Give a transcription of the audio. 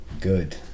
good